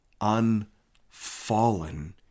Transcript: unfallen